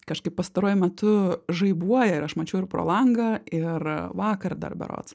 kažkaip pastaruoju metu žaibuoja ir aš mačiau ir pro langą ir vakar dar berods